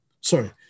sorry